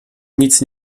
nic